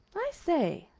i say,